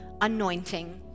anointing